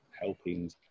helping